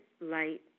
light